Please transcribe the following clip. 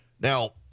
Now